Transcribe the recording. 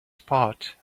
spot